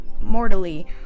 mortally